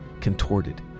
contorted